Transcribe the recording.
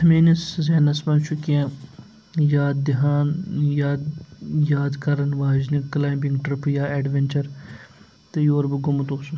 میانِس ذہنَس منٛز چھُ کیٚنٛہہ یاد دِہان یاد یاد کرن واجنہِ کٕلایمبِنٛگ ٹٕرپہٕ یا اٮ۪ڈوینچر تہٕ یور بہٕ گوٚمُت اوسُس